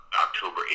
October